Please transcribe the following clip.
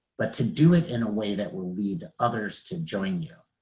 but to do it in a way that will lead others to join you.